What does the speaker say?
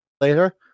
later